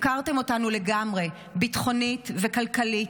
הפקרתם אותנו לגמרי, ביטחונית וכלכלית.